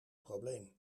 probleem